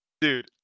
Dude